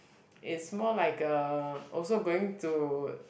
it's more like a also going to